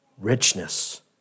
richness